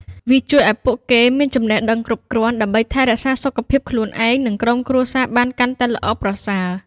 វាជួយឲ្យពួកគេមានចំណេះដឹងគ្រប់គ្រាន់ ដើម្បីថែរក្សាសុខភាពខ្លួនឯង និងក្រុមគ្រួសារបានកាន់តែល្អប្រសើរ។